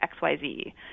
XYZ